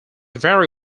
vary